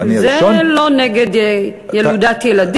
ואני הראשון, זה לא נגד ילודת ילדים.